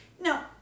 No